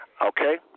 okay